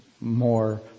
more